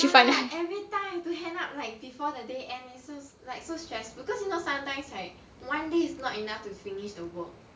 ya every time need to hand up before the day end is so like so stressful because you know sometimes like one day is not enough to finish the work